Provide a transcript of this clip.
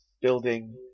building